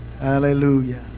Hallelujah